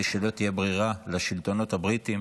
כדי שלא תהיה ברירה לשלטונות הבריטיים